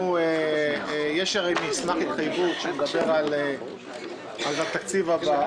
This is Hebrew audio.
יש הרי מסמך התחייבות שמדבר על התקציב הבא.